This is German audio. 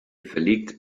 verlegt